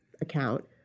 account